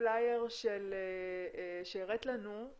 הפלייר שהראית לנו,